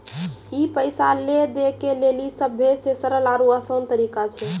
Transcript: ई पैसा लै दै के लेली सभ्भे से सरल आरु असान तरिका छै